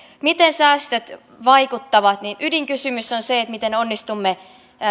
miten säästöt vaikuttavat ydinkysymys on se miten onnistumme